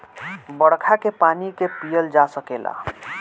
बरखा के पानी के पिअल जा सकेला